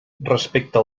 respecte